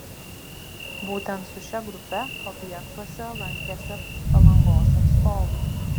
būtent su šia grupe objektuose lankėsi palangos atstovai